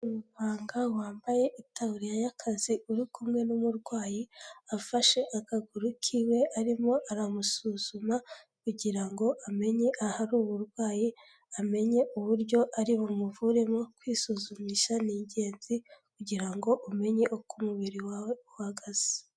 Umuganga wambaye itaburiya y'akazi uri kumwe n'umurwayi, afashe akaguru k'iwe arimo aramusuzuma kugira ngo amenye ahari uburwayi, amenye uburyo ari bumuvuremo, kwisuzumisha ni ingenzi kugira ngo umenye uko umubiri wawe uhagaze.